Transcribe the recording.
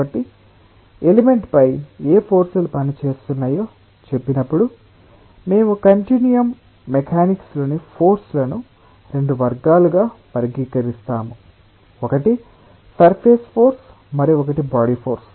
కాబట్టి ఎలిమెంట్ పై ఏ ఫోర్స్ లు పనిచేస్తున్నాయో చెప్పినప్పుడు మేము కంటిన్యూయం మెకానిక్స్లోని ఫోర్స్ లను రెండు వర్గాలుగా వర్గీకరిస్తాము ఒకటి సర్ఫేస్ ఫోర్స్ మరొకటి బాడీ ఫోర్స్